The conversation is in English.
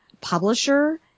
publisher